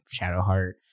Shadowheart